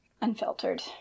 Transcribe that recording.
unfiltered